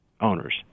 owners